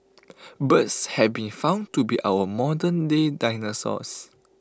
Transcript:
birds have been found to be our modernday dinosaurs